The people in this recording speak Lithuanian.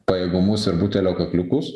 pajėgumus ir butelio kakliukus